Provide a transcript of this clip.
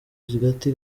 gati